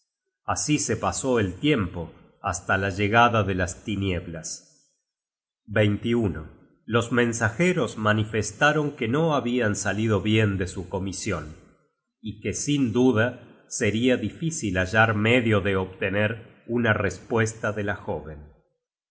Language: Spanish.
así se pasó el tiempo hasta la llegada de las tinieblas los mensajeros manifestaron que no habian salido bien de su comision y que sin duda seria difícil hallar medio de obtener una respuesta de la jóven